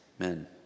Amen